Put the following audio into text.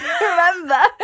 Remember